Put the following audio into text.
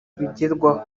bigerwaho